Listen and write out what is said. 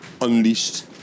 unleashed